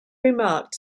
remarked